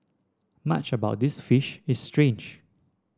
much about this fish is strange